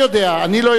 אני לא יודע עליהם.